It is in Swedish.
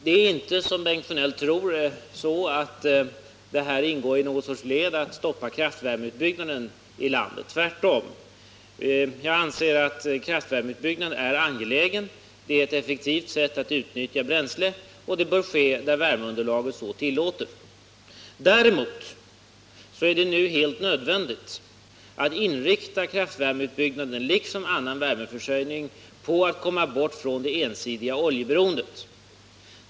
Det är inte, som Bengt Sjönell tror, så att vår tveksamhet är ett led i strävanden att stoppa kraftverksutbyggnaden. Tvärtom. Jag anser att en kraftvärmeutbyggnad är angelägen. Det är ett effektivt sätt att utnyttja bränsle, och det bör ske där värmeunderlaget så tillåter. Däremot är det nu helt nödvändigt att inrikta kraftvärmeutbyggnaden, liksom annan värmeförsörjning, på att komma bort från det ensidiga oljeberoendet.